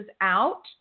out